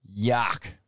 yuck